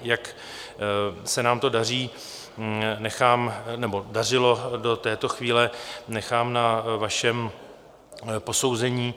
Jak se nám to daří nebo dařilo do této chvíle, nechám na vašem posouzení.